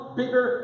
bigger